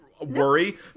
worry